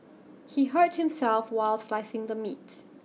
he hurt himself while slicing the meats